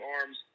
arms